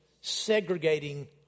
segregating